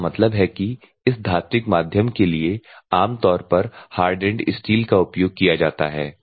इसका मतलब है कि इस धात्विक माध्यम के लिए आमतौर पर हार्डन्ड स्टील का उपयोग किया जाता है